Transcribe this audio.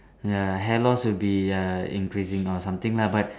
ya hair loss would be uh increasing or something lah but